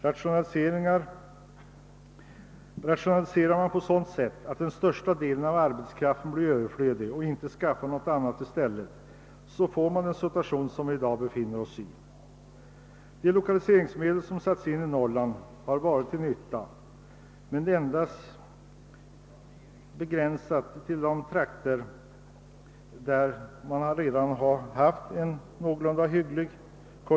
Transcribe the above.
Rationaliserar man på ett sådant sätt, att den största delen av arbetskraften blir överflödig, och skapar man inte någon annan sysselsättning i stället, får man den situation som i dag råder. De lokaliseringsmedel som satts in i Norrland har varit till nytta, men endast i de trakter där konjunkturen redan har varit någorlunda hygglig.